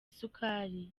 isukari